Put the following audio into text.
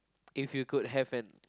if you could have an